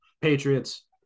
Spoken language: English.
Patriots